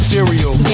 Cereal